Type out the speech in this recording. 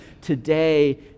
Today